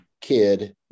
kid